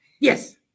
yes